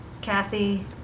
Kathy